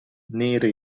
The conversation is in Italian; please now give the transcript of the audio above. nere